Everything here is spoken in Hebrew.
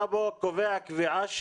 אתה פה קובע קביעה,